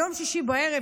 ביום שישי בערב,